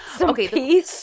okay